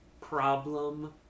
problem